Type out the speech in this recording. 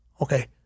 Okay